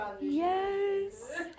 Yes